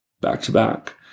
back-to-back